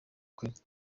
quelque